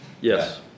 Yes